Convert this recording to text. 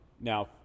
now